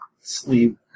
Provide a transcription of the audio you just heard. sleep